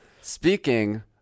Speaking